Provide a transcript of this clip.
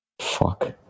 Fuck